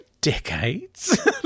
decades